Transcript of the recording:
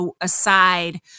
aside